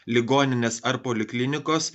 ligoninės ar poliklinikos